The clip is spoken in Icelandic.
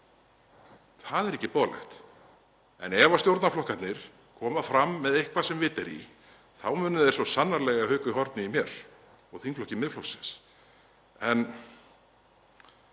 Það er ekki boðlegt. En ef stjórnarflokkarnir koma fram með eitthvað sem vit er í munu þeir svo sannarlega eiga hauk í horni í mér og þingflokki Miðflokksins. Ég